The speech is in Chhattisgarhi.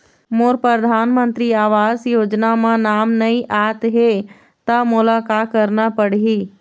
मोर परधानमंतरी आवास योजना म नाम नई आत हे त मोला का करना पड़ही?